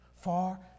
Far